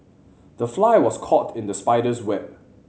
the fly was caught in the spider's web